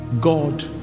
God